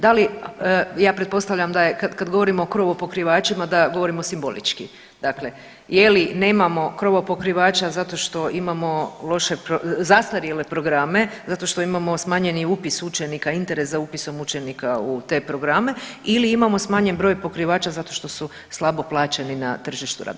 Da li, ja pretpostavljam da je kad govorimo o krovopokrivačima da govorimo simbolički, dakle je li nemamo krovopokrivača zato što imamo loše, zastarjele programe, zato što imamo smanjeni upis učenika, interes za upisom učenika u te programe ili imamo smanjen broj pokrivača zato što su slabo plaćeni na tržištu rada.